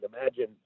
Imagine